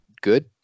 good